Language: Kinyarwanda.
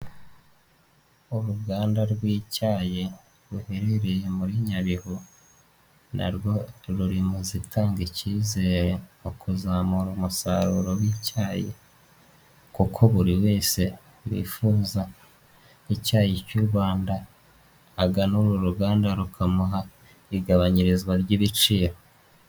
Uruganda rw'icyayi, ruherereye muri Nyabihu, narwo ruri mu zitanga ikizere, mu kuzamura umusaruro w'icyayi, kuko buri wese wifuza icyayi cy'u Rwanda, agana uru ruganda rukamuha igabanyirizwa ry'ibiciro.